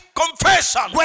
confession